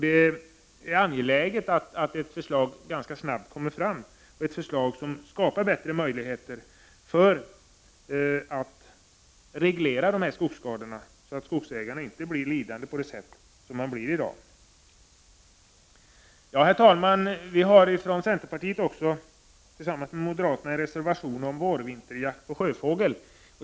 Det är angeläget att ett förslag ganska snabbt kommer fram, ett förslag som skapar bättre möjligheter att reglera skogsskadorna, så att ägarna inte blir lidande på det sätt som man blir i dag. Herr talman! Vi har från centerpartiet, tillsammans med moderaterna, också en reservation om vårvinterjakt på sjöfågel.